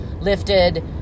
lifted